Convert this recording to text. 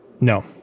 No